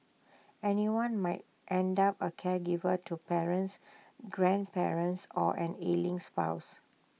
anyone might end up A caregiver to parents grandparents or an ailing spouse